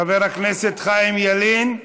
חבר הכנסת חיים ילין,